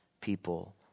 people